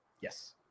Yes